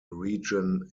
region